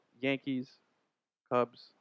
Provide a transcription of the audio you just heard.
Yankees-Cubs